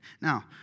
Now